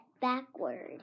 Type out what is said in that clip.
backward